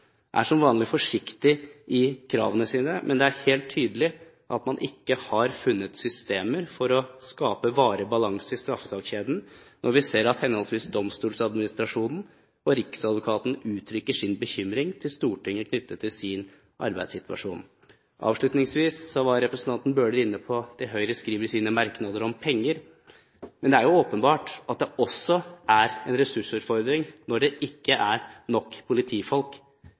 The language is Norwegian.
er som vanlig forsiktige i kravene sine, men det er helt tydelig at man ikke har funnet systemer for å skape varig balanse i straffesakskjeden når vi ser at henholdsvis Domstoladministrasjonen og Riksadvokaten uttrykker sin bekymring til Stortinget om sin arbeidssituasjon. Avslutningsvis: Representanten Bøhler var inne på det Høyre i sine merknader skriver om penger. Det er jo åpenbart at det også er en ressursutfordring når det ikke er nok politifolk